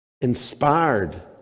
inspired